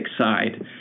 side